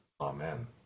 Amen